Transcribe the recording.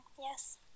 yes